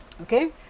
okay